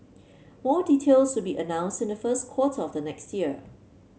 more details will be announced in the first quarter of the next year